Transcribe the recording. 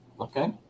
okay